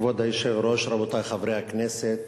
כבוד היושב-ראש, רבותי חברי הכנסת,